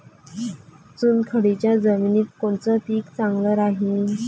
चुनखडीच्या जमिनीत कोनचं पीक चांगलं राहीन?